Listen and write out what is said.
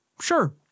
Sure